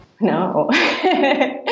no